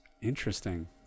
Interesting